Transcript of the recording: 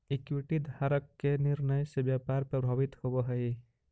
equity धारक के निर्णय से व्यापार प्रभावित भी होवऽ हइ